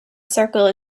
circle